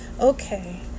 okay